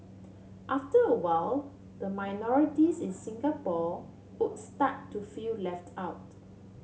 after a while the minorities in Singapore would start to feel left out